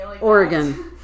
Oregon